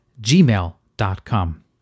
gmail.com